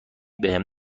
بهم